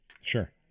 Sure